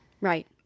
Right